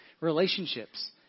relationships